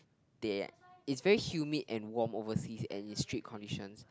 they it's very humid and warm overseas and in street conditions